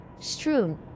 Strewn